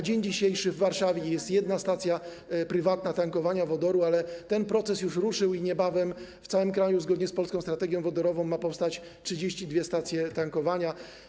Dzisiaj w Warszawie jest jedna prywatna stacja tankowania wodoru, ale ten proces już ruszył i niebawem w całym kraju zgodnie z „Polską strategią wodorową” mają powstać 32 stacje tankowania.